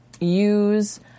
use